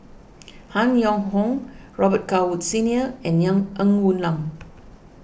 Han Yong Hong Robet Carr Woods Senior and young Ng Woon Lam